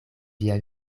via